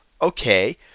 Okay